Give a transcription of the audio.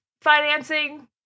financing